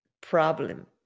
problem